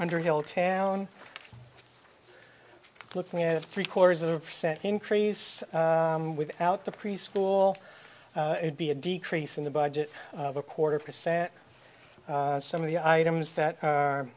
underhill town looking at three quarters of a percent increase without the preschool be a decrease in the budget of a quarter percent some of the items that are